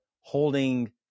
holding